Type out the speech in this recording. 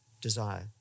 desire